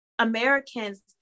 Americans